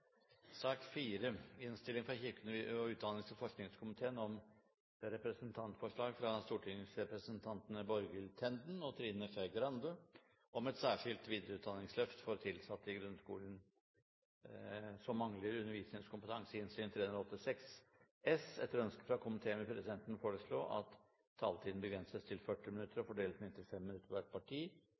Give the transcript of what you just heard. sak nr. 2. Etter ønske fra kirke-, utdannings- og forskningskomiteen vil presidenten foreslå at taletiden begrenses til 40 minutter og fordeles med inntil 5 minutter til hvert parti